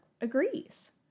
agrees